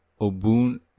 Obun